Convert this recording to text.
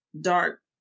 dark